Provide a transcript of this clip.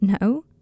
No